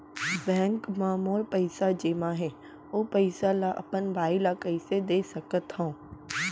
Bank म मोर पइसा जेमा हे, ओ पइसा ला अपन बाई ला कइसे दे सकत हव?